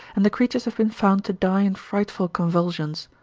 and the creatures have been found to die in frightful convulsions.